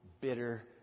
bitter